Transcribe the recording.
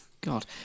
God